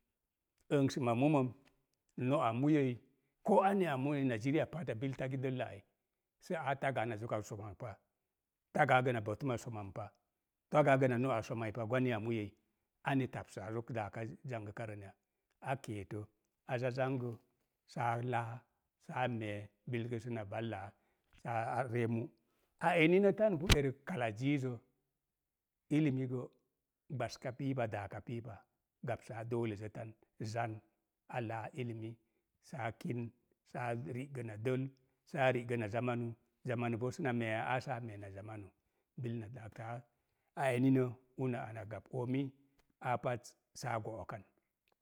Əmsəma muməm, no'a moyəi, koo anya a munən na ziriya pata bil tagi dəllə ai sə aa tagaa ba zoka so̱nan oam tagaa gə na bo̱tuma so̱man pa, tagaa gə na no a somai pa gwan a muyoi, anni tapsaa zok laaka zangəka rəb ya? A keefə, aza zangə, sa a lee a me̱e̱, bil gə səna vallaa sa a ree mu. A eni nə tan npu erək kala ziizə, ilimi gə gbaska pii pa, daaka pii pa, gapsaa doolezə tan, zan a laa ilimi saa kin, saa ri'gə na dəl, saa ri'gə na zamanu, zamanu boo səna me̱e̱ya aa saa me̱e̱ na zamanu, bilna daataa, a eri nə uno ana gap oomi aa pat saa go'o kan